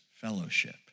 fellowship